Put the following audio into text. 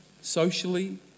socially